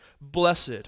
Blessed